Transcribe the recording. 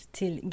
till